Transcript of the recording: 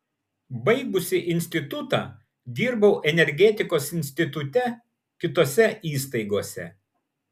baigusi institutą dirbau energetikos institute kitose įstaigose